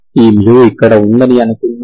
ఈ ఇక్కడ ఉందని అనుకుందాం